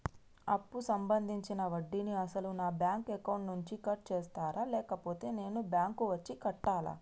అప్పు సంబంధించిన వడ్డీని అసలు నా బ్యాంక్ అకౌంట్ నుంచి కట్ చేస్తారా లేకపోతే నేను బ్యాంకు వచ్చి కట్టాలా?